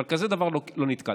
אבל בכזה דבר לא נתקלתי.